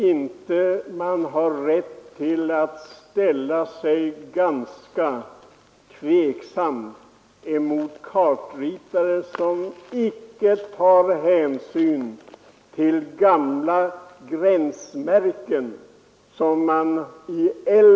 Har man inte rätt att ställa sig tveksam till kartritare som icke tar hänsyn till gamla gränsmärken.